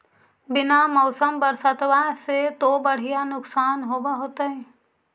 बिन मौसम बरसतबा से तो बढ़िया नुक्सान होब होतै?